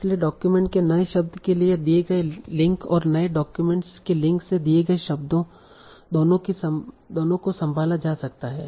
इसलिए डॉक्यूमेंट के नए शब्द के लिए दिए गए लिंक और नए डॉक्यूमेंट के लिंक से दिए गए शब्द दोनों को संभाला जा सकता है